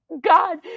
god